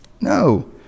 No